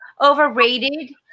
overrated